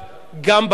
גם בבית הזה.